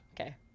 Okay